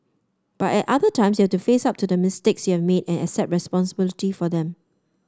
but at other times you have to face up to the mistakes you have made and accept responsibility for them